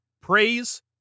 praise